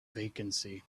vacancy